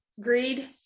Greed